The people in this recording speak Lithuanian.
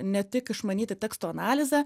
ne tik išmanyti teksto analizę